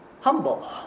humble